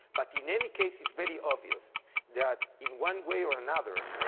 but in any case, it's very obvious that in one way or another,